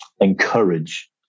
encourage